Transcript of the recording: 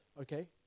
okay